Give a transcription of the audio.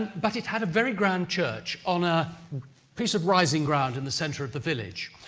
but it had a very grand church on a piece of rising ground in the centre of the village.